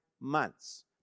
months